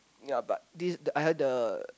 yea but this I had the